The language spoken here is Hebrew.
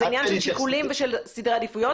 זה עניין של שיקולים ושל סדרי עדיפויות.